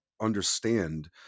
understand